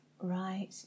Right